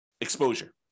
exposure